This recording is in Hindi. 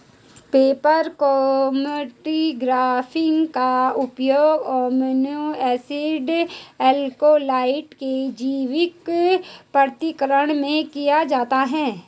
पेपर क्रोमैटोग्राफी का उपयोग अमीनो एसिड एल्कलॉइड के जैविक पृथक्करण में किया जाता है